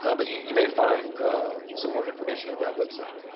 ah but you you may find some more information at that website.